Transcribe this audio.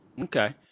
Okay